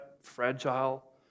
fragile